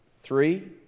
three